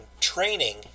training